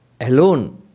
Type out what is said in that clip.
alone